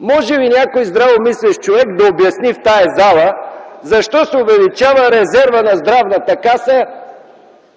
Може ли някой здравомислещ човек да обясни в тази зала: например, защо се увеличава резерва на Здравната каса